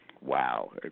wow